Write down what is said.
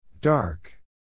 Dark